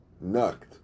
knocked